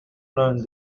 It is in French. plein